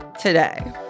Today